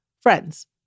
Friends